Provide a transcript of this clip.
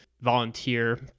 volunteer